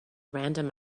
random